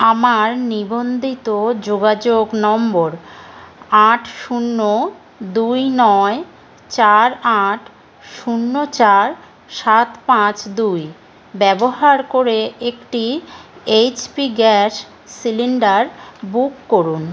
আমার নিবন্ধিত যোগাযোগ নম্বর আট শূন্য দুই নয় চার আট শূন্য চার সাত পাঁচ দুই ব্যবহার করে একটি এইচপি গ্যাস সিলিন্ডার বুক করুন